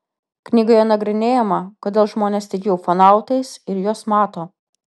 knygoje nagrinėjama kodėl žmonės tiki ufonautais ir juos mato